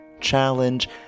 challenge